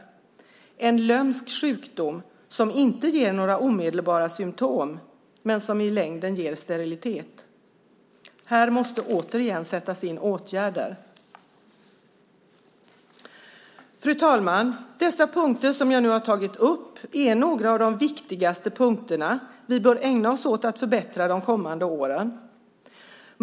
Det är en lömsk sjukdom som inte ger några omedelbara symtom men som i längden ger sterilitet. Här måste återigen sättas in åtgärder. Fru talman! Dessa punkter som jag nu har tagit upp är några av de viktigaste punkterna vi bör ägna oss åt att förbättra de kommande åren.